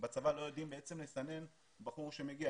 בצבא לא יודעים לסנן בחור שמגיע.